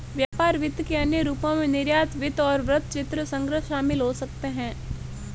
व्यापार वित्त के अन्य रूपों में निर्यात वित्त और वृत्तचित्र संग्रह शामिल हो सकते हैं